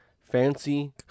fancy